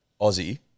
aussie